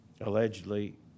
allegedly